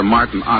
Martin